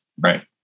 right